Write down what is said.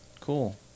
Cool